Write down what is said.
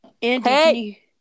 Hey